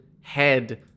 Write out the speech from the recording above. head